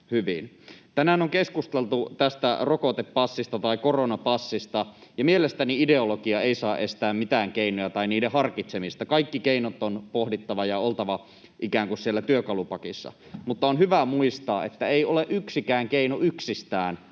hyvin. Tänään on keskusteltu tästä rokotepassista tai koronapassista, ja mielestäni ideologia ei saa estää mitään keinoja tai niiden harkitsemista. Kaikki keinot on pohdittava ja niiden on oltava ikään kuin siellä työkalupakissa. Mutta on hyvä muistaa, että yksikään keino ei ole yksistään